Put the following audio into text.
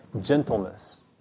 gentleness